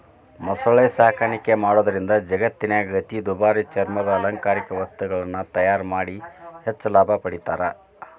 ಮೊಸಳೆ ಸಾಕಾಣಿಕೆ ಮಾಡೋದ್ರಿಂದ ಜಗತ್ತಿನ್ಯಾಗ ಅತಿ ದುಬಾರಿ ಚರ್ಮದ ಅಲಂಕಾರಿಕ ವಸ್ತುಗಳನ್ನ ತಯಾರ್ ಮಾಡಿ ಹೆಚ್ಚ್ ಲಾಭ ಪಡಿತಾರ